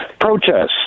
Protests